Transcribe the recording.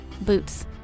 boots